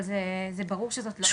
אבל זה ברור שזה לא -- כן,